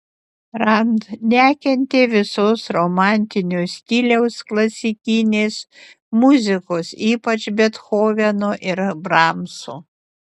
rand nekentė visos romantinio stiliaus klasikinės muzikos ypač bethoveno ir bramso